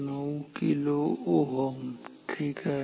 9 kΩ ठीक आहे